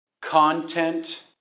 content